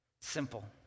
simple